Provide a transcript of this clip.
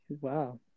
Wow